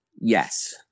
Yes